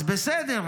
אז בסדר,